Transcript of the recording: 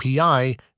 API